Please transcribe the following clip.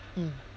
mm